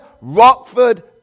Rockford